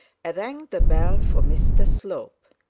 and rang the bell for mr slope.